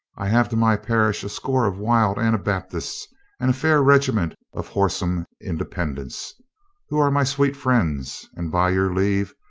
i have to my parish a score of wild ana baptists and a fair regiment of whoreson independ ents who are my sweet friends, and, by your leave,